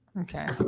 Okay